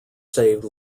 saved